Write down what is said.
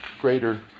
greater